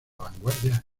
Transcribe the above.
vanguardia